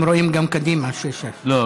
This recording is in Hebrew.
הם רואים גם קדימה 6:6. לא,